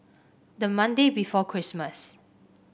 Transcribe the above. the Monday before Christmas